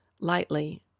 lightly